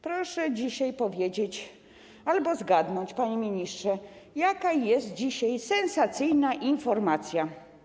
Proszę powiedzieć albo zgadnąć, panie ministrze, jaka jest dzisiaj sensacyjna informacja.